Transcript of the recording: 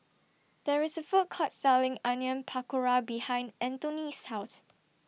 There IS A Food Court Selling Onion Pakora behind Antone's House